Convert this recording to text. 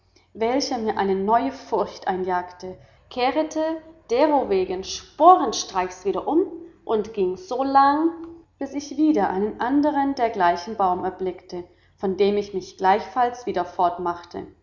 welcher mir eine neue forcht einjagte kehrete derowegen sporenstreichs wieder um und gieng so lang bis ich wieder einen andern dergleichen baum erblickte von dem ich mich gleichfalls wieder